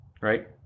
Right